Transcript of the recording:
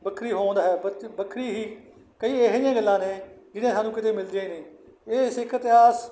ਵੱਖਰੀ ਹੋਂਦ ਹੈ ਵੱਖਰੀ ਹੀ ਕਈ ਇਹੋ ਜਿਹੀਆਂ ਗੱਲਾਂ ਨੇ ਜਿਹੜੀਆਂ ਸਾਨੂੰ ਕਿਤੇ ਮਿਲਦੀਆਂ ਹੀ ਨਹੀਂ ਇਹ ਸਿੱਖ ਇਤਿਹਾਸ